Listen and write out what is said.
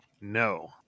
No